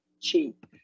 cheap